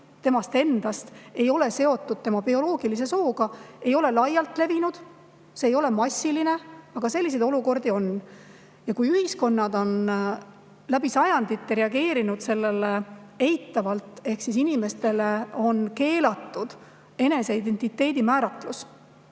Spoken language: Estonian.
temast endast ei ole seotud tema bioloogilise sooga, ei ole laialt levinud. See ei ole massiline, aga selliseid olukordi on. Ja kui ühiskonnad on läbi sajandite reageerinud sellele eitavalt ehk inimestele on keelatud enese identiteedi määratlus